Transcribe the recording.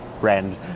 brand